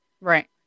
Right